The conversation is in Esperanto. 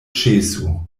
ĉesu